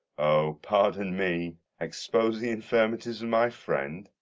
oh, pardon me. expose the infirmities of my friend?